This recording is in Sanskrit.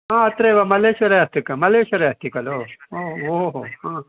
अत्रैव मल्लेश्वरे अस्ति क मल्लेश्वरम् अस्ति खलु ओ ओ हो